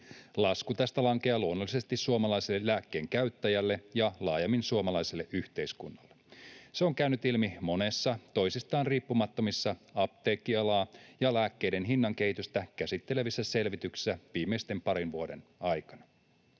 Lasku tästä lankeaa luonnollisesti suomalaiselle lääkkeenkäyttäjälle ja laajemmin suomalaiselle yhteiskunnalle. Se on käynyt ilmi monessa toisistaan riippumattomassa apteekkialaa ja lääkkeiden hinnankehitystä käsittelevässä selvityksessä viimeisen parin vuoden aikana.